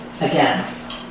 again